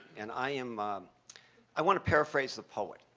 and i um um i want to paraphrase the poet,